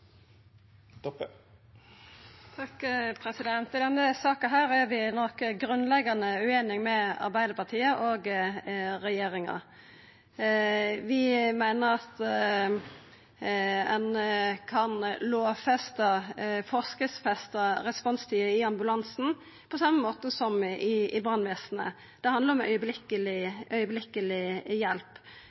I denne saka er vi nok grunnleggjande ueinige med Arbeidarpartiet og regjeringa. Vi meiner at ein kan lovfesta eller forskriftsfesta responstida i ambulansen, på same måte som i brannvesenet. Det handlar om